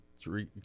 three